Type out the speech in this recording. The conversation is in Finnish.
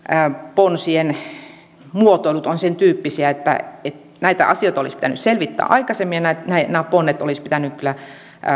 ponsien muotoilut ovat sentyyppisiä että näitä asioita olisi pitänyt selvittää aikaisemmin ja nämä ponnet olisi pitänyt kyllä